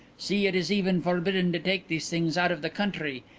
see, it is even forbidden to take these things out of the country,